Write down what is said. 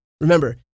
Remember